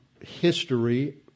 history